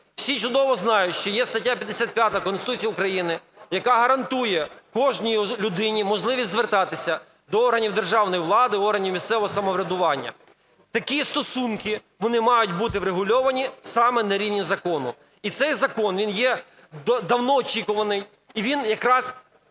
Всі чудово знають, що є стаття 55 Конституції України, яка гарантує кожній людині можливість звертатися до органів державної влади, органів місцевого самоврядування. Такі стосунки, вони мають бути врегульовані саме на рівні закону. І цей закон, він є давно очікуваний, і він якраз